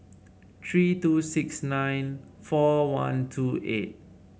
three two six nine four one two eight